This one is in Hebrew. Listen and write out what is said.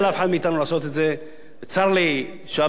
צר לי שאבי הולך בדרך הזאת, אבי דיכטר.